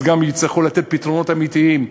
גם יצטרכו לתת פתרונות אמיתיים.